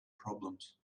problems